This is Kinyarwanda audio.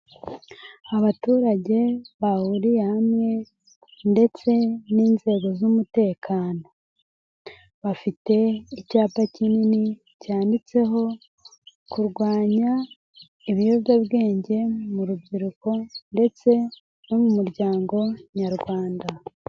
Abaturage bahuriye hamwe ndetse n'inzego z'umutekano bafite icyapa kinini cyanyanditseho kurwanya ibiyobyabwenge mu rubyiruko ndetse no mu muryango nyarwanda.